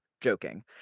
joking